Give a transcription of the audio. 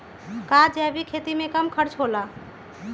का जैविक खेती में कम खर्च होला?